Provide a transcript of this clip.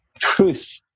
Truth